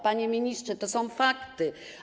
Panie ministrze, to są fakty.